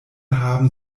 haben